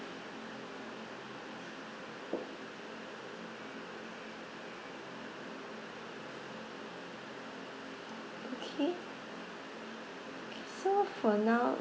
okay so for now